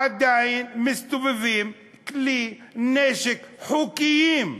עדיין מסתובבים כלי נשק, חוקיים,